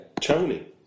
Tony